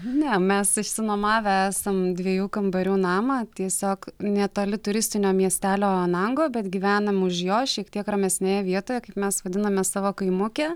ne mes išsinuomavę esam dviejų kambarių namą tiesiog netoli turistinio miestelio anango bet gyvenam už jo šiek tiek ramesnėje vietoje kaip mes vadiname savo kaimuke